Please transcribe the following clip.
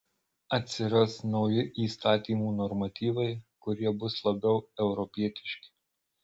atsiras nauji įstatymų normatyvai kurie bus labiau europietiški